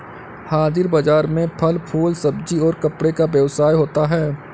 हाजिर बाजार में फल फूल सब्जी और कपड़े का व्यवसाय होता है